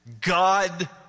God